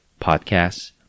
podcasts